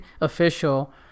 official